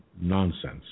nonsense